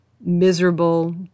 miserable